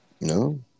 No